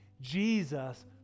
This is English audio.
Jesus